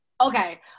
Okay